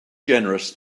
generous